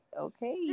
okay